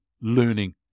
learning